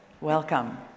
Welcome